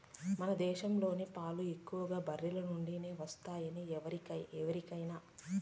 మన దేశంలోని పాలు ఎక్కువగా బర్రెల నుండే వస్తున్నాయి ఎరికనా